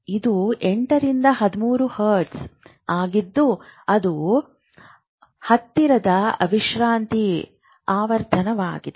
ಇದು 8 ರಿಂದ 13 ಹರ್ಟ್ಜ್ ಆಗಿದ್ದು ಅದು ಹತ್ತಿರದ ವಿಶ್ರಾಂತಿ ಆವರ್ತನವಾಗಿದೆ